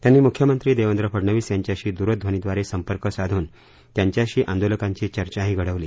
त्यांनी मुख्यमंत्री देवेंद्र फडनवीस यांच्याशी दूरध्वनीद्वारे संपर्क साधून त्यांच्याशी आंदोलकांची चर्चाही घडवली